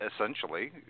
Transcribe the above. essentially